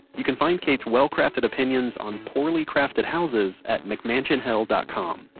you can find kate's well crafted opinions on poorly crafted houses at mcmansionhell dot com.